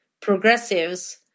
progressives